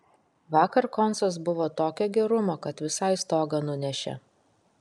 vakar koncas buvo tokio gerumo kad visai stogą nunešė